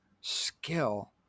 skill